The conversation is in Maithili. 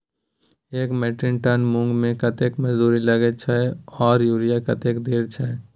एक मेट्रिक टन मूंग में कतेक मजदूरी लागे छै आर यूरिया कतेक देर छै?